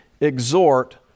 exhort